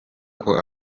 uko